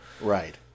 Right